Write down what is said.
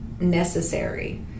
necessary